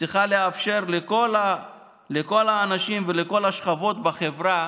צריכה לאפשר לכל האנשים ולכל השכבות בחברה